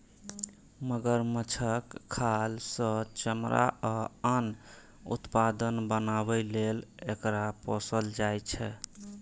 मगरमच्छक खाल सं चमड़ा आ आन उत्पाद बनाबै लेल एकरा पोसल जाइ छै